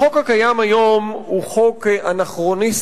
החוק הקיים היום הוא חוק אנכרוניסטי,